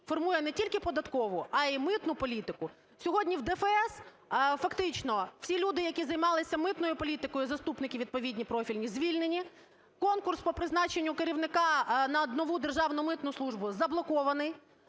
формує не тільки податкову, а й митну політику. Сьогодні в ДФС фактично всі люди, які займалися митною політикою, заступники відповідні профільні, звільнені, конкурс по призначенню керівника на нову державну митну службу заблокований,